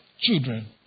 children